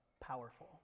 powerful